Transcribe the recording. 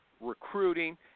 recruiting